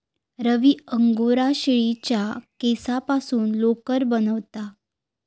रवी Angora शेळीच्या केसांपासून लोकर बनवता